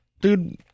dude